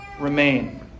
remain